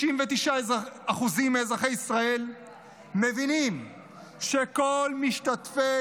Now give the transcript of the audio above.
99% מאזרחי ישראל מבינים שכל משתתפי